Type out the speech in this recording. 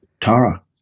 Tara